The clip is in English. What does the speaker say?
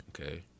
okay